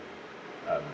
um